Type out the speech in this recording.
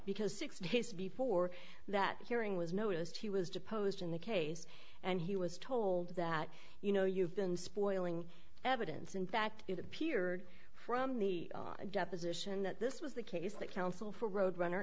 because six days before that hearing was noticed he was deposed in the case and he was told that you know you've been spoiling evidence in fact it appeared from the deposition that this was the case that counsel for road runner